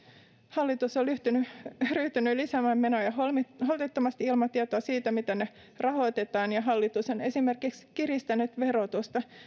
hallitus on ryhtynyt lisäämään menoja holtittomasti holtittomasti ilman tietoa siitä miten ne rahoitetaan ja hallitus on esimerkiksi kiristänyt verotusta